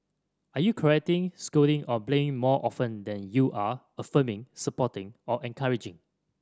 are you correcting scolding or blaming more often than you are affirming supporting or encouraging